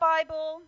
Bible